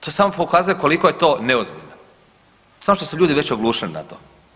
To samo pokazuje koliko je to neozbiljno samo što su ljudi već oglušili na to.